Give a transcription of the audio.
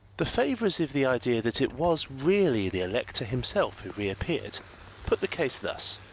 the favourers of the idea that it was really the elector himself who reappeared put the case thus.